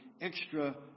extra